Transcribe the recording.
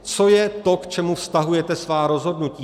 Co je to, k čemu vztahujete svá rozhodnutí?